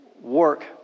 work